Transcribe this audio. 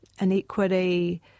inequity